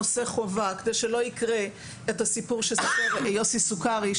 נושא חובה כדי שלא יקרה הסיפור שסיפר יוסי סוכרי,